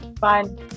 Fine